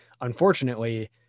unfortunately